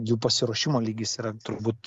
jų pasiruošimo lygis yra turbūt